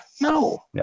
No